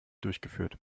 durchgeführt